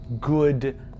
good